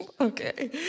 Okay